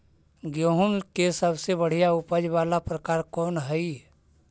गेंहूम के सबसे बढ़िया उपज वाला प्रकार कौन हई?